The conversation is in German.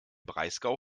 breisgau